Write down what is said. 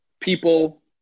people